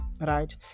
right